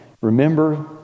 remember